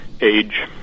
age